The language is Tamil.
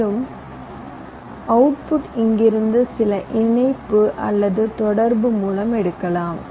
மேலும் அவுட்புட் இங்கிருந்து சில இணைப்பு அல்லது தொடர்பு மூலம் எடுக்கலாம்